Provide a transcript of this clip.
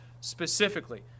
specifically